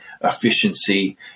efficiency